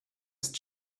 ist